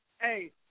Hey